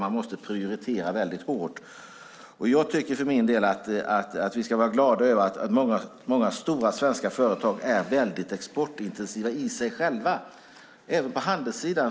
Man måste prioritera väldigt hårt. Jag tycker för min del att vi ska vara glada över att många stora svenska företag är väldigt exportintensiva i sig själva, även på handelssidan.